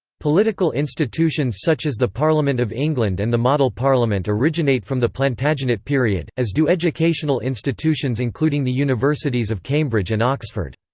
political institutions such as the parliament of england and the model parliament originate from the plantagenet period, as do educational institutions including the universities of cambridge and oxford.